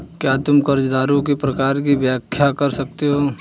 क्या तुम कर्जदारों के प्रकार की व्याख्या कर सकते हो?